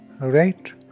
Right